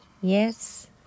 Yes